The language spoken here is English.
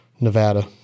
Nevada